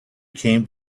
came